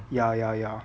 ya ya ya